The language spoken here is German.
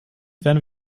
wären